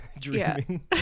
dreaming